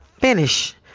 finish